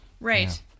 Right